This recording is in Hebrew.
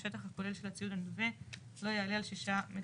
השטח הכולל של הציוד הנלווה לא יעלה על 6 מ"ר.